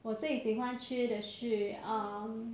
我最喜欢吃的是 um